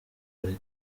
hari